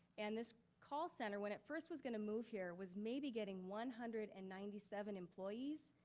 and this call center, when it first was gonna move here was maybe getting one hundred and ninety seven employees,